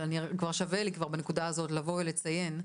אבל שווה לי בנקודה הזאת לציין,